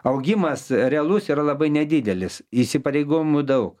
augimas realus yra labai nedidelis įsipareigojimų daug